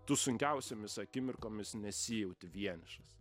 tu sunkiausiomis akimirkomis nesijauti vienišas